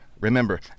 Remember